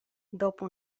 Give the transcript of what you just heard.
dopo